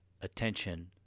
attention